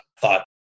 thought